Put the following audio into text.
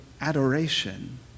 adoration